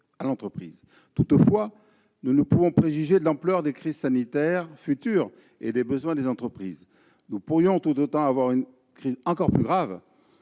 à l'entreprise. Toutefois, nous ne pouvons préjuger l'ampleur des crises sanitaires futures et des besoins des entreprises. Nous pourrions tout autant avoir une crise encore plus grave,